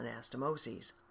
anastomoses